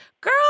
girl